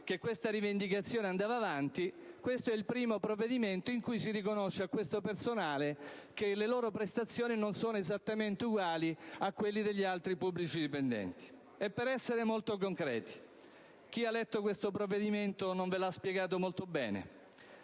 che tale rivendicazione andava avanti, questo è il primo provvedimento in cui si riconosce a detto personale che le sue prestazioni non sono esattamente uguali a quelle degli altri pubblici dipendenti. Per essere concreti, sottolineo che chi ha letto questo provvedimento non ve lo ha spiegato bene.